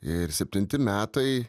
ir septinti metai